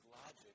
logic